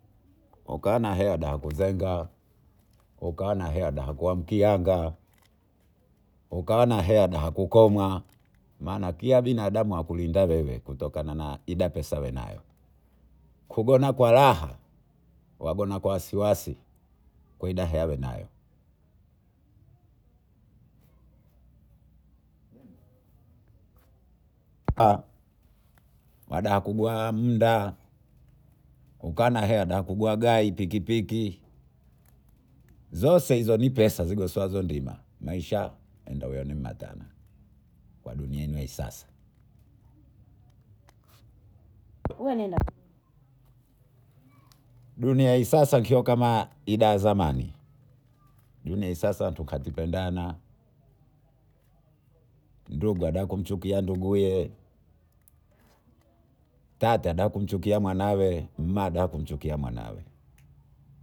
Ukaona hea dakusenga ukuona hea dakuamkiaga ukuona hea da kukoma maana kila binadamu akulindaga hiveve kutokana na aidia pesa henayo kugona kwa raha wagona kwa wasiwasi kwidahe awenayo wadakugwa mda ukuona heya dakugwagwai pikipiki zote hizo ni pesa ndigoswazo ndima maisa enda uyaone mmatana kwa duniani hisasa dunia ya hii sasa ikiwa kama ile yazamani dunia ya hii sasa hatupandana ndugu atakachukia nduguye tati ataka kuchukua mwanaye maana atakachukia mwanawe.